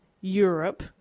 Europe